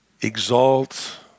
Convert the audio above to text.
exalt